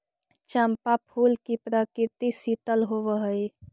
चंपा फूल की प्रकृति शीतल होवअ हई